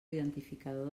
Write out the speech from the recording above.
identificador